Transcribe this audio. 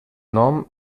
nom